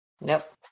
Nope